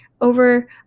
over